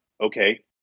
Okay